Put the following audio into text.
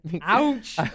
Ouch